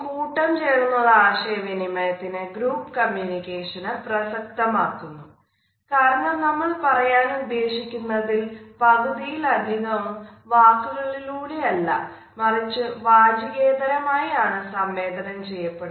കാരണം നമ്മൾ പറയാനുദ്ദേശിക്കുന്നത്തിൽ പകുതിയിലധികവും വാക്കുകളിലൂടെ അല്ല മറിച്ച് വാചികേതരമായി ആണ് സംവേദനം ചെയ്യപ്പെടുന്നത്